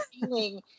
feeling